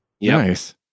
Nice